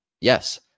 yes